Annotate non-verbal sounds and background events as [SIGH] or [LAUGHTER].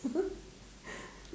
[LAUGHS]